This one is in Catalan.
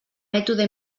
mètode